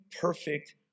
perfect